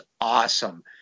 awesome